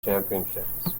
championships